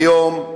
היום,